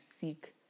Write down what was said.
seek